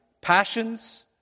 passions